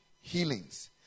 healings